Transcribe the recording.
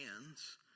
hands